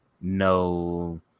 no –